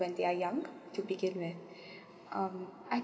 when they are young to begin with um